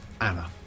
Anna